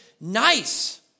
nice